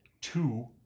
two